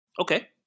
Okay